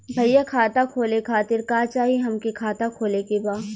भईया खाता खोले खातिर का चाही हमके खाता खोले के बा?